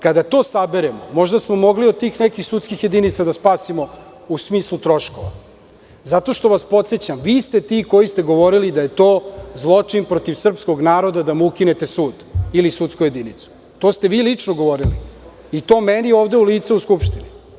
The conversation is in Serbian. Kada to saberemo, možda smo mogli od tih nekih sudskih jedinica da spasimo u smislu troškova, zato što vas podsećam, vi ste ti koji ste govorili da je to zločin protiv srpskog naroda, da mu ukinete sud ili sudsku jedinicu, to ste vi lično govorili i to meni ovde u lice u Skupštini.